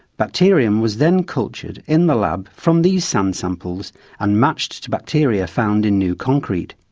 bacterium was then cultured in the lab from these sand samples and matched to bacteria found in new concrete.